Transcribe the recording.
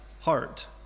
heart